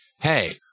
hey